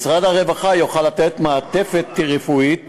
משרד הרווחה יוכל לתת מעטפת רפואית